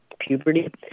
puberty